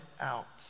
out